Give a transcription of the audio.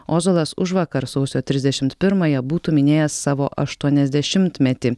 ozolas užvakar sausio trisdešimt pirmąją būtų minėjęs savo aštuoniasdešimtmetį